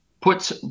puts